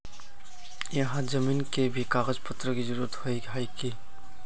यहात जमीन के भी कागज पत्र की जरूरत होय है की?